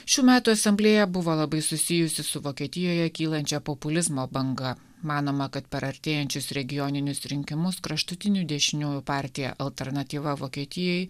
šių metų asamblėja buvo labai susijusi su vokietijoje kylančio populizmo banga manoma kad per artėjančius regioninius rinkimus kraštutinių dešiniųjų partija alternatyva vokietijai